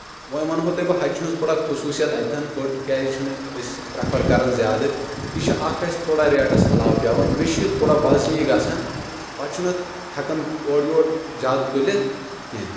وۄنۍ ونہو تۄہہِ بہٕ ہچہِ ہنٛز تھوڑا خصوٗصیت اتتھن ۂٹ کیازِ چھنہٕ أسۍ پرٛیفر کران زیادٕ یہِ چھِ اکھ اسہِ تھوڑا ریٹس علاوٕ پیٚوان بیٚیہِ چھِ یہِ تھوڑا وزنی گژھان پتہٕ چھُنہٕ اتھ ہؠکان اورٕ یور زیادٕ تُلِتھ کینٛہہ